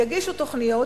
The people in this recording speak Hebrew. יגישו תוכניות,